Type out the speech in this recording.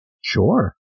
sure